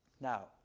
Now